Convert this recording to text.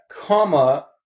comma